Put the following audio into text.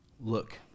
Look